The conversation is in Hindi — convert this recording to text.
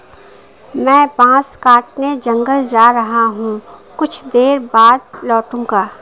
मैं बांस काटने जंगल जा रहा हूं, कुछ देर बाद लौटूंगा